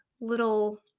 little